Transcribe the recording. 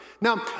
Now